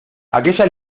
aquella